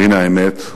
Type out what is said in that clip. והנה האמת.